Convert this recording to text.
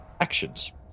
actions